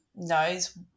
knows